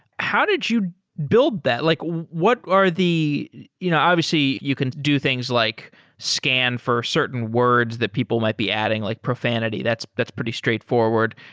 how did you build that? like what are the you know obviously you can do things like scan for certain words that people might be adding, like profanity. that's that's pretty straightforward.